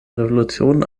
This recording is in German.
revolution